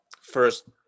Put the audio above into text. first